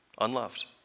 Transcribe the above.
unloved